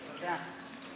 תודה.